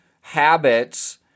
habits